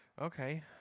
Okay